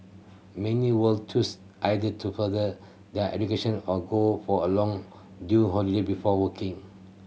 many will choose either to further their education or go for a long due holiday before working